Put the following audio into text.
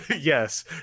yes